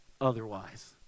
otherwise